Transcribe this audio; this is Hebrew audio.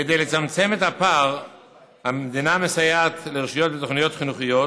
כדי לצמצם את הפער המדינה מסייעת לרשויות בתוכניות חינוכיות,